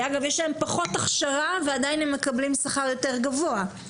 שאגב יש להם פחות הכשרה ועדיין הם מקבלים שכר יותר גבוה.